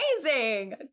amazing